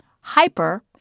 hyper